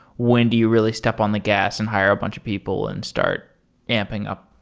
when do you really step on the gas and hire a bunch of people and start amping up